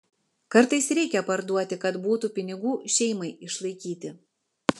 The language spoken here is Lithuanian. kartais reikia parduoti kad būtų pinigų šeimai išlaikyti